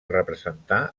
representar